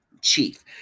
Chief